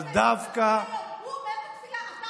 אבל דווקא, אתה אומר את התפילה הזאת בשבת?